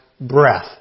breath